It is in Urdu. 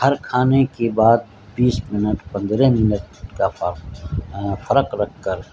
ہر کھانے کے بعد بیس منٹ پندرہ منٹ کا فرق رکھ کر